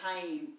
time